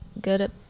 good